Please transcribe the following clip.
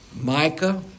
Micah